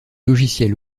logiciels